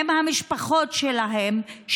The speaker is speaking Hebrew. עם המשפחות שלהם,